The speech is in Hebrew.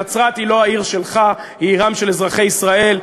נצרת היא לא העיר שלך, היא עירם של אזרחי ישראל.